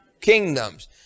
Kingdoms